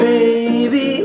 Baby